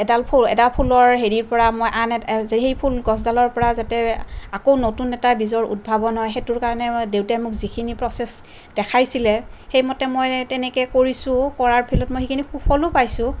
এডাল ফুল এডাল ফুলৰ হেৰিৰ পৰা মই আন সেই ফুল গছডালৰ পৰা যাতে আকৌ নতুন এটা বীজৰ উদ্ভাৱন হয় সেইটোৰ কাৰণে মই দেউতাই মোক যিখিনি প্ৰচেচ দেখাইছিলে সেইমতে মই তেনেকে কৰিছোঁ কৰাৰ ফলত মই সেইখিনি সুফলো পাইছোঁ